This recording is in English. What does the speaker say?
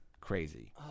crazy